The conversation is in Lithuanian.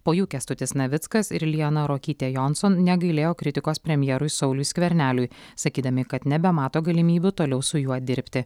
po jų kęstutis navickas ir lianą ruokytę jonson negailėjo kritikos premjerui sauliui skverneliui sakydami kad nebemato galimybių toliau su juo dirbti